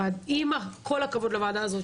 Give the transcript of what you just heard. עם כל הכבוד לוועדה הזו,